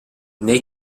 nei